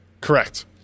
Correct